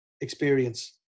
experience